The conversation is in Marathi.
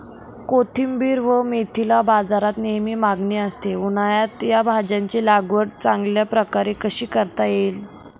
कोथिंबिर व मेथीला बाजारात नेहमी मागणी असते, उन्हाळ्यात या भाज्यांची लागवड चांगल्या प्रकारे कशी करता येईल?